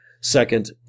Second